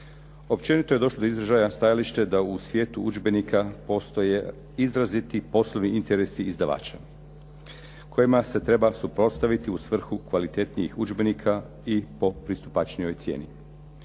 Općenito je došlo do izražaja stajalište da u svijetu udžbenika postoje izraziti poslovni interesi izdavača kojima se treba suprotstaviti u svrhu kvalitetnijih udžbenika i po pristupačnijoj cijeni.